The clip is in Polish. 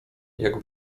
jak